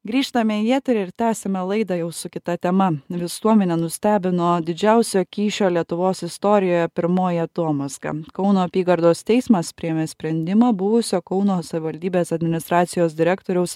grįžtame į eterį ir tęsiame laidą jau su kita tema visuomenę nustebino didžiausio kyšio lietuvos istorijoje pirmoji atomazga kauno apygardos teismas priėmė sprendimą buvusio kauno savivaldybės administracijos direktoriaus